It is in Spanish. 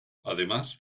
además